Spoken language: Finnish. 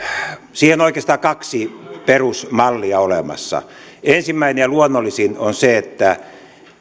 oikeastaan kaksi perusmallia olemassa ensimmäinen ja luonnollisin on se että